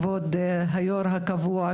זכרונו לברכה.